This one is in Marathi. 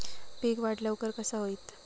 पीक वाढ लवकर कसा होईत?